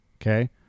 Okay